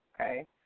okay